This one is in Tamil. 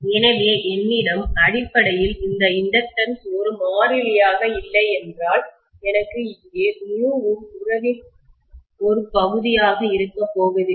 எனவே என்னிடம் அடிப்படையில் இந்த இண்டக்டன்ஸ் ஒரு மாறிலியாக இல்லை என்றால் எனக்கு இங்கே μ உம் உறவின் ஒரு பகுதியாக இருக்கப் போவதில்லை